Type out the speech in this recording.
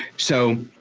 so,